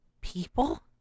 people